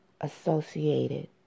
associated